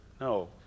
No